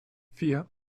vier